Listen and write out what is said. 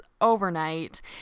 overnight